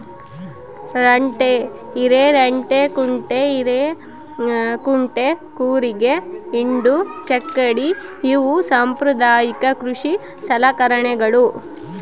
ರಂಟೆ ಹಿರೆರಂಟೆಕುಂಟೆ ಹಿರೇಕುಂಟೆ ಕೂರಿಗೆ ದಿಂಡು ಚಕ್ಕಡಿ ಇವು ಸಾಂಪ್ರದಾಯಿಕ ಕೃಷಿ ಸಲಕರಣೆಗಳು